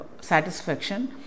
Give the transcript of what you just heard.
satisfaction